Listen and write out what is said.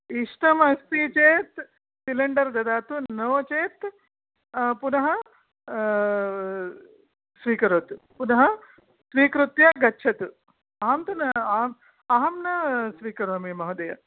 इष्टम् अस्ति चेत् सिलिण्डर् ददातु नो चेत् पुनः स्वीकरोतु पुनः स्वीकृत्य गच्छतु अहं तु न अहं अहं न स्वीकरोमि महोदय